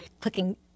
clicking